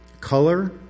color